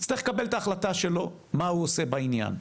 צריך לקבל את ההחלטה שלו לגבי מה הוא עושה בעניין.